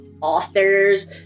authors